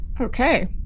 Okay